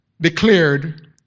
declared